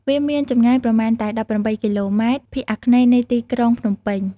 វាមានចម្ងាយប្រមាណតែ ១៨ គីឡូម៉ែត្រ ភាគអាគ្នេយ៍នៃទីក្រុងភ្នំពេញ។